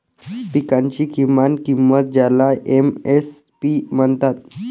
पिकांची किमान किंमत ज्याला एम.एस.पी म्हणतात